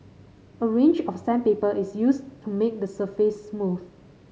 a range of sandpaper is used to make the surface smooth